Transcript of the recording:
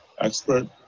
expert